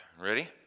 Ready